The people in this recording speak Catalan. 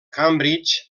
cambridge